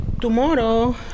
Tomorrow